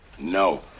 no